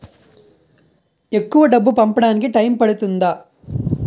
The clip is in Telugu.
ఎక్కువ డబ్బు పంపడానికి టైం పడుతుందా?